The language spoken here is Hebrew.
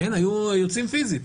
היו יוצאים פיזית,